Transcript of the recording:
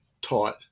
taught